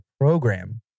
program